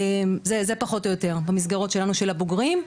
זה פחות או יותר במסגרות שלנו של הבוגרים.